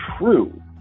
true